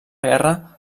guerra